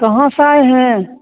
कहाँ से आए हैं